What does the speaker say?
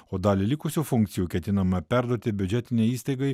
o dalį likusių funkcijų ketinama perduoti biudžetinei įstaigai